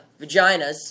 vaginas